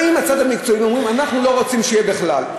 באים מהצד המקצועי ואומרים: אנחנו לא רוצים שיהיו בכלל.